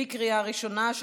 בקריאה ראשונה,